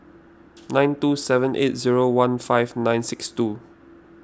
nine two seven eight zero one five nine six two